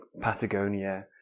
Patagonia